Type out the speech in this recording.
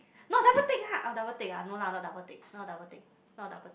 not double tick lah double tick ah no lah double tick not a double tick not a double tick